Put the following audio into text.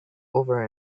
over